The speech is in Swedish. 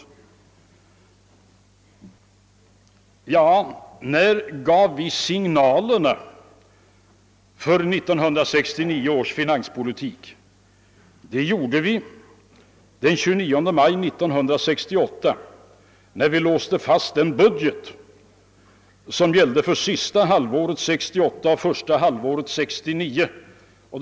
Ja, när gav vi signalerna för 1969 års finanspolitik? Jo, det gjorde vi den 29 maj 1968 när vi låste fast den budget som gällde för sista halvåret 1968 och första halvåret 1969.